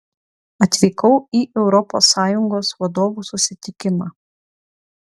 atvykau į europos sąjungos vadovų susitikimą